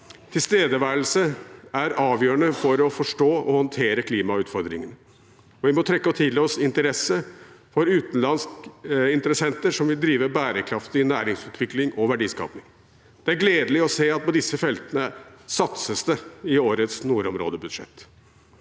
Tilstedeværelse er avgjørende for å forstå og håndtere klimautfordringene, og vi må trekke til oss interesse fra utenlandske interessenter som vil drive bærekraftig næringsutvikling og verdiskaping. Det er gledelig å se at på disse feltene satses det i årets nordområdebudsjett.